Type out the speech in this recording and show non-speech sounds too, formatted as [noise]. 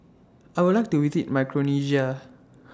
I Would like to visit Micronesia [noise]